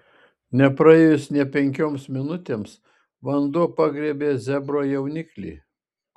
nepraėjus nė penkioms minutėms vanduo pagriebė zebro jauniklį